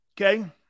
Okay